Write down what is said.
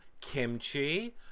Kimchi